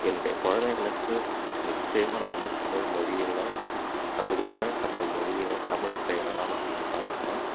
என்னுடைய குழந்தைங்களுக்கு நிச்சயமாக நான் வந்து தமிழ்மொழியில் கற்று கொடுப்பேன் தமிழ்மொழியில் தமிழ் பேர் தான் நான் கண்டிப்பாக வைப்பேன்